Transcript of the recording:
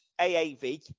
AAV